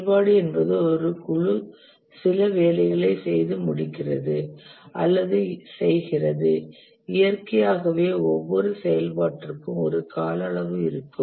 செயல்பாடு என்பது ஒரு குழு சில வேலைகளை செய்து முடிக்கிறது அல்லது செய்கிறது இயற்கையாகவே ஒவ்வொரு செயல்பாட்டிற்கும் ஒரு கால அளவு இருக்கும்